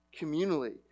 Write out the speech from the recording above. communally